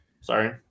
Sorry